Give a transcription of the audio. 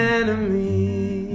enemy